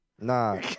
Nah